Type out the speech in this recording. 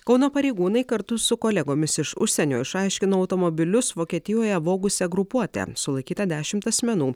kauno pareigūnai kartu su kolegomis iš užsienio išaiškino automobilius vokietijoje vogusią grupuotę sulaikyta dešimt asmenų